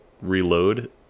reload